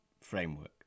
framework